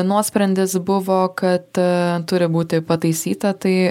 nuosprendis buvo kad turi būti pataisyta tai